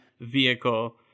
vehicle